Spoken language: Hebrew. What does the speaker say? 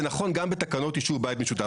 זה נכון גם בתקנות אישור בית משותף.